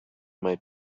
might